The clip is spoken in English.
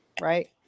right